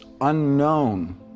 unknown